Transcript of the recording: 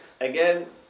again